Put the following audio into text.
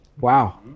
Wow